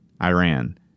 Iran